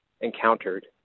encountered